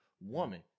woman